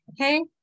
okay